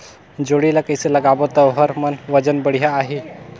जोणी ला कइसे लगाबो ता ओहार मान वजन बेडिया आही?